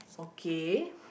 okay